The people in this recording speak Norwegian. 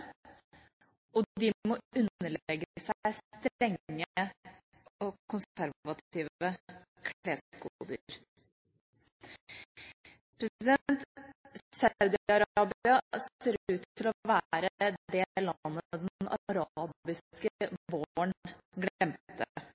og de må underlegge seg strenge og konservative kleskoder. Saudi-Arabia ser ut til å være det landet den arabiske våren glemte.